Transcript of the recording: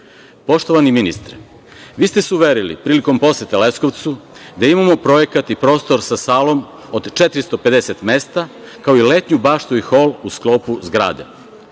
rezultate. Poštovani ministre, vi ste se uverili prilikom posete Leskovcu da imamo projekat i prostor sa salom od 450 mesta, kao i letnju baštu i hol u sklopu zgrade.